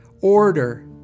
Order